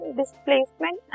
displacement